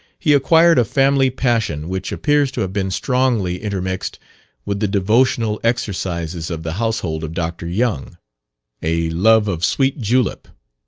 he acquired a family passion which appears to have been strongly intermixed with the devotional exercises of the household of dr. young a love of sweet julep.